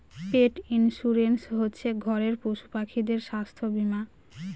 পেট insurance হচ্ছে ঘরের পশুপাখিদের স্বাস্থ্য বীমা